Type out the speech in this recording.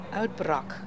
uitbrak